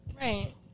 right